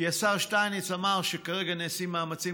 כי השר שטייניץ אמר שכרגע נעשים מאמצים